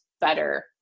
better